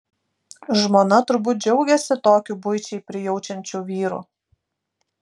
žmona turbūt džiaugiasi tokiu buičiai prijaučiančiu vyru